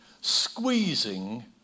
squeezing